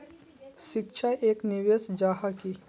शिक्षा एक निवेश जाहा की?